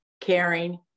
caring